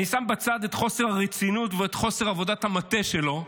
אני שם בצד את חוסר הרצינות ואת חוסר עבודת המטה שלו.